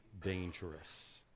dangerous